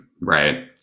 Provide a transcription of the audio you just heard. right